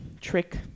Trick